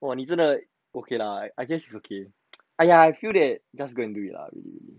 !wah! 你真的 okay lah I guess it's okay !aiya! I feel that just go and do it lah really